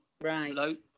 Right